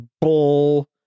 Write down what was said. bull